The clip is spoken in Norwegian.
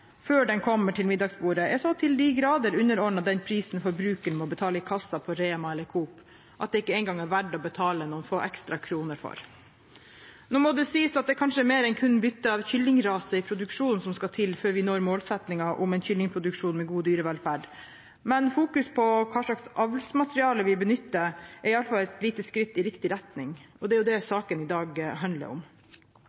før den kommer til middagsbordet, er så til de grader underordnet den prisen forbrukeren må betale i kassen på Rema eller Coop, at det ikke en gang er verdt å betale noen få ekstra kroner for. Nå må det sies at det kanskje er mer enn kun bytte av kyllingrase i produksjonen som skal til før vi når målsettingen om en kyllingproduksjon med god dyrevelferd. Men fokuset på hva slags avlsmateriale vi benytter, er iallfall et lite skritt i riktig retning. Det er